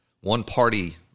one-party